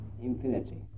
infinity